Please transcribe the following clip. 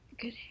Good